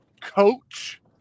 coach